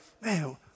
man